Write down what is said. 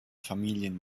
familien